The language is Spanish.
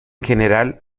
general